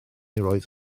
roedd